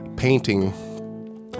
painting